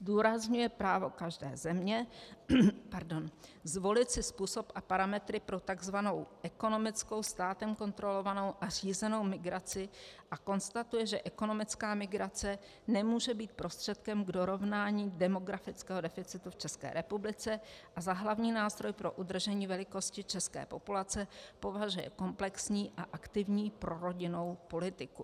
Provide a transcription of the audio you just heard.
Zdůrazňuje právo každé země zvolit si způsob a parametry pro tzv. ekonomickou, státem kontrolovanou a řízenou migraci a konstatuje, že ekonomická migrace nemůže být prostředkem k dorovnání demografického deficitu v České republice, a za hlavní nástroj pro udržení velikosti české populace považuje komplexní a aktivní prorodinnou politiku.